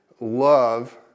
love